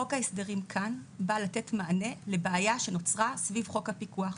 חוק ההסדרים כאן בא לתת מענה לבעיה שנוצרה סביב חוק הפיקוח.